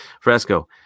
Fresco